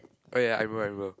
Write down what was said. oh ya I remember remember